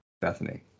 Bethany